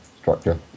structure